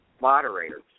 moderators